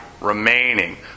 remaining